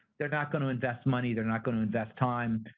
they're not going to invest money, they're not going to invest time.